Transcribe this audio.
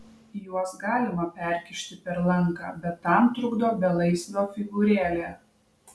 juos galima perkišti per lanką bet tam trukdo belaisvio figūrėlė